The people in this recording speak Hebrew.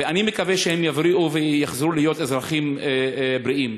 ואני מקווה שהם יבריאו ויחזרו להיות אזרחים בריאים.